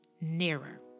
nearer